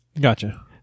Gotcha